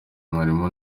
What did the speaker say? mwarimu